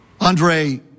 Andre